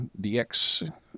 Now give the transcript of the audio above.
DX